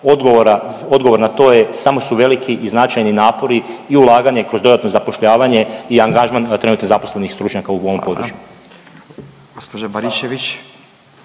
odgovor na to, samo su veliki i značajni napori i ulaganje kroz dodatno zapošljavanje i angažman trenutno zaposlenih u ovom području.